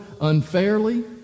unfairly